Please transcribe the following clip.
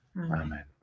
Amen